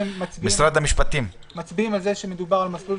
מצביעים על זה שמדובר על מסלול